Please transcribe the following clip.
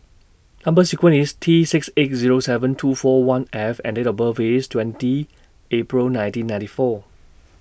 Number sequence IS T six eight Zero seven two four one F and Date of birth IS twenty April nineteen ninety four